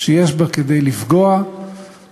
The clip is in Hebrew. שיש בה כדי לפגוע בסעיף